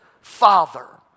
father